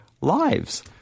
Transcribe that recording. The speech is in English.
lives